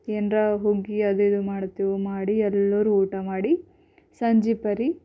ಏನರೆ ಹುಗ್ಗಿ ಅದು ಇದು ಮಾಡ್ತೇವೆ ಮಾಡಿ ಎಲ್ಲರೂ ಊಟ ಮಾಡಿ ಸಂಜೆ ಪರಿ